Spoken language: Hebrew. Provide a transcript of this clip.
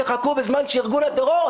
תחכו," בזמן שארגון הטרור,